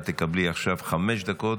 את תקבלי עכשיו חמש דקות.